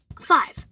Five